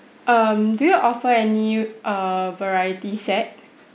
um do you offer any err variety set